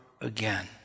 Again